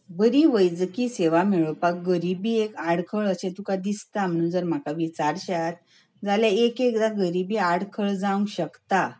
बरी वैजकी सेवा मेळोवपाक गरिबी एक आडखळ अशी तुका दिसता म्हूण जर म्हाका विचारशात जाल्यार एक एकदां गरिबी आडखळ जावंक शकता